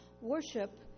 Worship